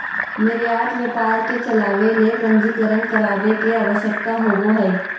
निर्यात व्यापार के चलावय ले पंजीकरण करावय के आवश्यकता होबो हइ